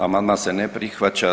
Amandman se ne prihvaća.